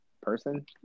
person